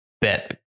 bet